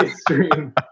stream